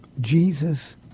Jesus